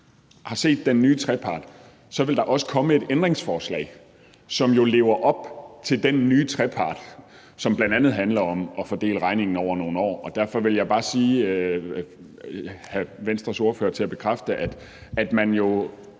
har set den nye trepart, så også vil komme et ændringsforslag, som lever op til den, og som bl.a. handler om at fordele regningen over nogle år. Derfor vil jeg bare have Venstres ordfører til at bekræfte, at man